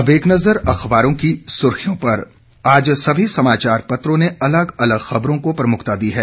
अब एक नजर अखबारों की सुर्खियों पर आज सभी समाचार पत्रों ने अलग अलग खबरों को प्रमुखता दी है